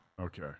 Okay